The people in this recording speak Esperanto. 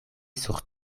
sur